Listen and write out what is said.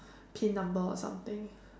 pin number or something